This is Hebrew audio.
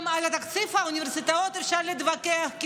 גם על תקציב האוניברסיטאות אפשר להתווכח,